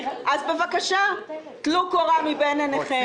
אז בבקשה, טלו קורה מבין עיניכם.